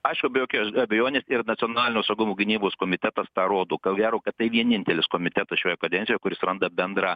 aišku be jokios abejonės ir nacionalinio saugumo gynybos komitetas tą rodo ko gero kad tai vienintelis komitetas šioje kadencijoj kuris randa bendrą